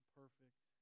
perfect